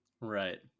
right